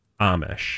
Amish